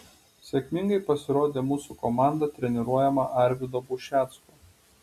sėkmingai pasirodė mūsų komanda treniruojama arvydo bušecko